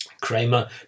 Kramer